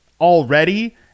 already